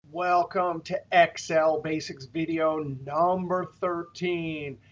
welcome to excel basics video number thirteen.